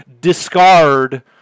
discard